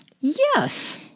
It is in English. Yes